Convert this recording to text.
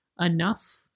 enough